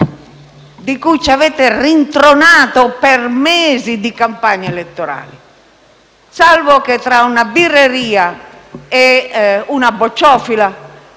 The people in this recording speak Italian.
con cui ci avete rintronati per mesi di campagna elettorale? Salvo che tra una birreria e una bocciofila,